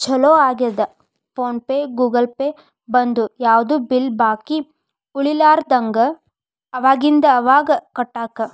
ಚೊಲೋ ಆಗ್ಯದ PhonePe Google Pay ಬಂದು ಯಾವ್ದು ಬಿಲ್ ಬಾಕಿ ಉಳಿಲಾರದಂಗ ಅವಾಗಿಂದ ಅವಾಗ ಕಟ್ಟಾಕ